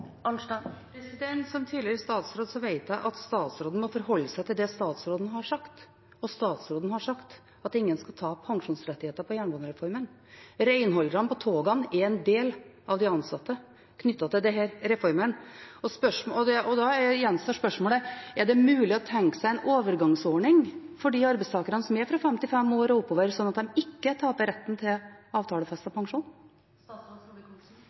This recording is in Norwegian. Som tidligere statsråd vet jeg at statsråden må forholde seg til det statsråden har sagt, og statsråden har sagt at ingen skal tape pensjonsrettigheter på jernbanereformen. Renholderne på togene er en del av de ansatte knyttet til denne reformen. Da gjenstår spørsmålet: Er det mulig å tenke seg en overgangsordning for arbeidstakerne som er fra 55 år og oppover, slik at de ikke taper retten til